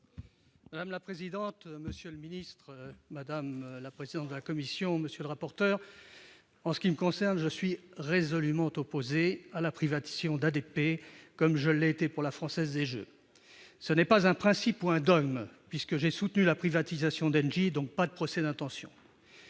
Madame la présidente, monsieur le ministre, madame la présidente de la commission spéciale, monsieur le rapporteur, mes chers collègues, en ce qui me concerne, je suis résolument opposé à la privatisation d'ADP, comme je l'ai été à celle de la Française des jeux. Ce n'est pas un principe ou un dogme, puisque j'ai soutenu la privatisation d'Engie. Donc, pas de procès d'intention